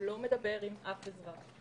הוא לא מדבר עם אף אזרח.